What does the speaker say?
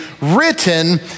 written